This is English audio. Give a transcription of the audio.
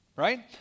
right